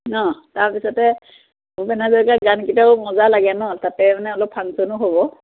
ন তাৰপিছতে ভূপেন হাজৰিকাৰ গানকেইটাও মজা লাগে ন তাতে মানে অলপ ফাংশ্যনো হ'ব